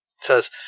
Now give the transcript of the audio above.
says